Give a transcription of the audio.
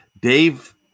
Dave